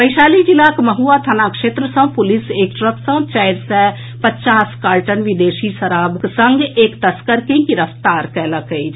वैशाली जिलाक महुआ थाना क्षेत्र सँ पुलिस एक ट्रक सँ चारि सय पचास कार्टन विदेशी शराबक संग एक तस्कर के गिरफ्तार कएलक अछि